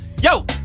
Yo